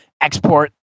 export